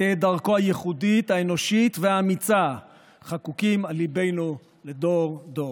ותהא דרכו הייחודית האנושית והאמיצה חקוקים על ליבנו לדור דור.